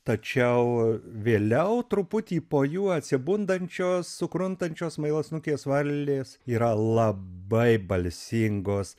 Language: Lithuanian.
tačiau vėliau truputį po jų atsibundančios sukruntančios smailasnukės varlės yra labai balsingos